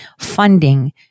funding